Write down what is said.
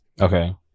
Okay